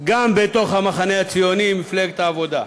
גם בתוך המחנה הציוני, מפלגת העבודה.